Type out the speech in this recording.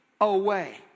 away